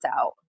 out